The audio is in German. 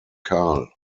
karl